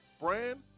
Brand